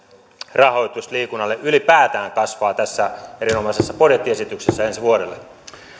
rahoitus liikunnalle ylipäätään kasvaa tässä erinomaisessa budjettiesityksessä ensi vuodelle